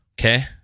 okay